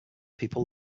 people